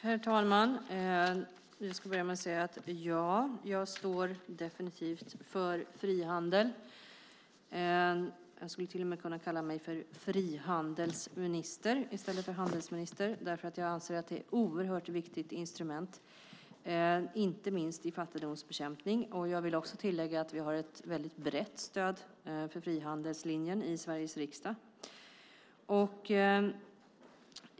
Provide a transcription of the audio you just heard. Herr talman! Ja, jag står definitivt för frihandel. Jag skulle till och med kunna kalla mig för frihandelsminister i stället för handelsminister. Jag anser att det är ett oerhört viktigt instrument, inte minst i fattigdomsbekämpningen. Jag vill också tillägga att vi har ett väldigt brett stöd för frihandelslinjen i Sveriges riksdag.